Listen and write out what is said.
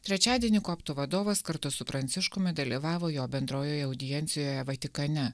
trečiadienį koptų vadovas kartu su pranciškumi dalyvavo jo bendrojoje audiencijoje vatikane